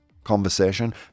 Conversation